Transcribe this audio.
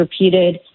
repeated